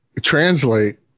translate